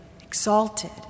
exalted